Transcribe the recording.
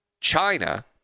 China